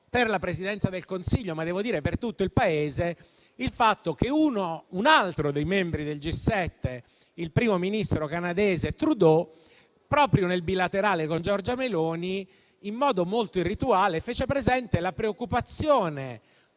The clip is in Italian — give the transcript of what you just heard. per la Presidenza del Consiglio, ma devo dire per tutto il Paese, il fatto che un altro dei membri del G7, il primo ministro canadese Trudeau, proprio nel bilaterale con Giorgia Meloni, in modo molto irrituale fece presente la preoccupazione